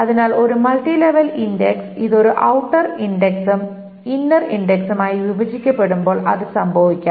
അതിനാൽ ഒരു multi level index ഇത് ഒരു ഔട്ടർ ഇൻഡക്സും ഇന്നർ ഇൻഡക്സും ആയി വിഭജിക്കപ്പെടുമ്പോൾ അത് സംഭവിക്കാം